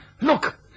look